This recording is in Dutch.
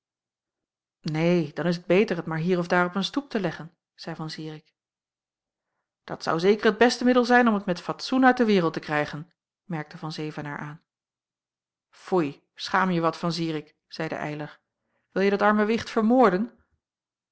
neen dan is t beter het maar hier of daar op een stoep te leggen zeî van zirik dat zou zeker het beste middel zijn om het met fatsoen uit de wereld te krijgen merkte van zevenaer aan foei schaam je wat van zirik zeide eylar wilje dat arme wicht vermoorden